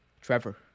Trevor